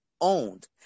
owned